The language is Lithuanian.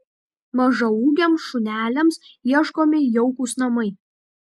mažaūgiams šuneliams ieškomi jaukūs namai